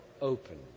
opened